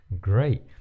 great